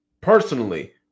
personally